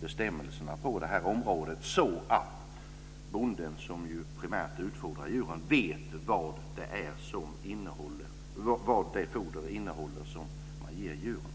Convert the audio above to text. bestämmelserna på det här området så att bonden, som ju primärt utfodrar djuren, vet vad det foder som djuren ges innehåller.